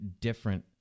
different